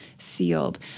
sealed